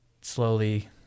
slowly